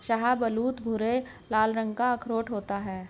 शाहबलूत भूरे लाल रंग का अखरोट होता है